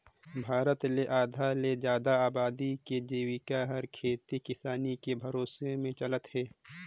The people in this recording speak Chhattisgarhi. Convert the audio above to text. भारत ले आधा ले जादा अबादी के जिविका हर खेती किसानी के भरोसा में चलत हे